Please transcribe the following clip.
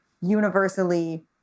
universally